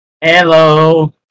Hello